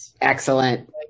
Excellent